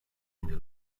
into